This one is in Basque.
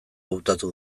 hautatu